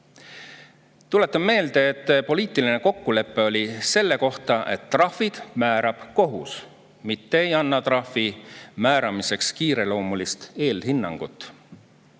Tuletan meelde, et poliitiline kokkulepe selle kohta oli, et trahvid määrab kohus, mitte ei anna trahvi määramiseks kiireloomulist eelhinnangut.